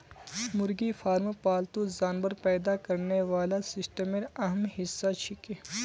मुर्गी फार्म पालतू जानवर पैदा करने वाला सिस्टमेर अहम हिस्सा छिके